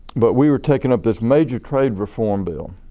but we were taking up this major trade reform bill.